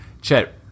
Chet